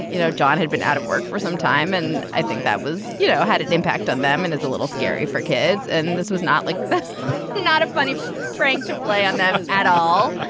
you know, john had been out of work for some time. and i think that was, you know, had an impact on them. and it's a little scary for kids and this was not like not a funny prank to play on that at all.